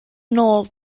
nôl